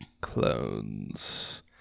clones